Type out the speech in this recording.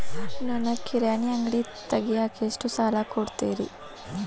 ನನಗ ಕಿರಾಣಿ ಅಂಗಡಿ ತಗಿಯಾಕ್ ಎಷ್ಟ ಸಾಲ ಕೊಡ್ತೇರಿ?